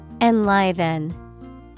Enliven